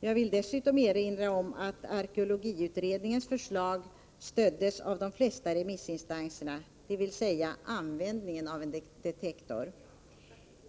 Jag vill dessutom erinra om att arkeologiutredningens förslag, dvs. användning av en detektor, stöddes av de flesta remissinstanserna.